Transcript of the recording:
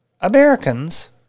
Americans